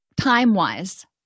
time-wise